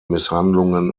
misshandlungen